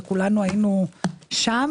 כולנו היינו שם,